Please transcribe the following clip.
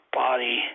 body